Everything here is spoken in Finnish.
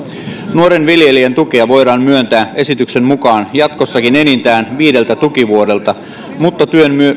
nuoren viljelijän tukea voidaan myöntää esityksen mukaan jatkossakin enintään viideltä tukivuodelta mutta